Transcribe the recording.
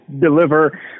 deliver